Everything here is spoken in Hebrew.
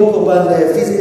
לא קורבן פיזי,